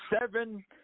Seven